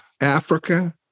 Africa